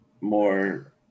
more